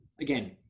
again